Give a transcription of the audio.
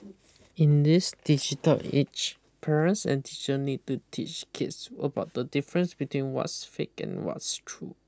in this digital age parents and teacher need to teach kids about the difference between what's fake and what's true